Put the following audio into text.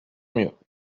mieux